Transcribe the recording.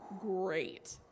great